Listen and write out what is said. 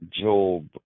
Job